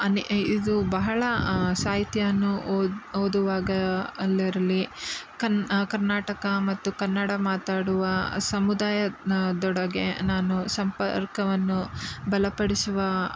ಅನ್ನೆ ಇದು ಬಹಳ ಸಾಹಿತ್ಯವನ್ನು ಓದುವಾಗ ಎಲ್ಲರಲ್ಲಿ ಕನ್ ಕರ್ನಾಟಕ ಮತ್ತು ಕನ್ನಡ ಮಾತಾಡುವ ಸಮುದಾಯ ದೊಡನೆ ನಾನು ಸಂಪರ್ಕವನ್ನು ಬಲಪಡಿಸುವ